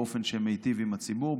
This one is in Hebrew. באופן שמיטיב עם הציבור,